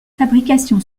fabrication